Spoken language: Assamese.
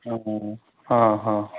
অঁ অঁ